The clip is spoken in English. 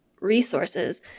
resources